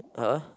uh